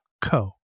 co